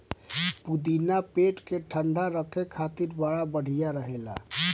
पुदीना पेट के ठंडा राखे खातिर बड़ा बढ़िया रहेला